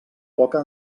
poca